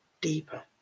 deeper